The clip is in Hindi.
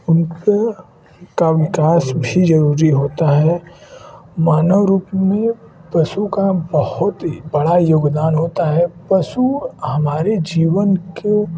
उनके का विकास भी जरुरी होता है मानव रूप में पशु का बहुत बड़ा योगदान होता है पशु हमारे जीवन के